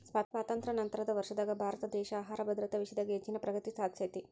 ಸ್ವಾತಂತ್ರ್ಯ ನಂತರದ ವರ್ಷದಾಗ ಭಾರತದೇಶ ಆಹಾರ ಭದ್ರತಾ ವಿಷಯದಾಗ ಹೆಚ್ಚಿನ ಪ್ರಗತಿ ಸಾಧಿಸೇತಿ